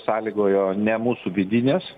sąlygojo ne mūsų vidinės